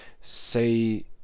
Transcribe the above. say